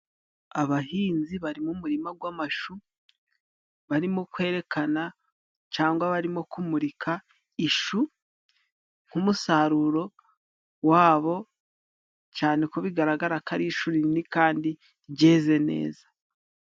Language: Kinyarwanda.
Abahinzi bari mu murima gw'amashu, barimo kwerekana cangwa babamo kumurika ishu nk'umusaruro wabo cane ko bigaragara ko ari ishu rinini kandi ryeze neza.